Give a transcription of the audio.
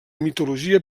mitologia